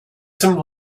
some